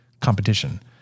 competition